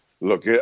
Look